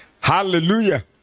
hallelujah